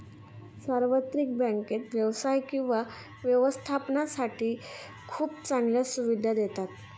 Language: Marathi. सार्वत्रिक बँकेत व्यवसाय किंवा व्यवस्थापनासाठी खूप चांगल्या सुविधा देतात